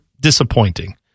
disappointing